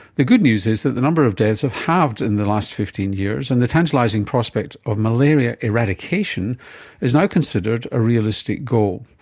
the good news is that the number of deaths have halved in the last fifteen years and the tantalising prospect of malaria eradication is now considered a realistic goal.